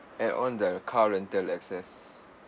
and on the car rental access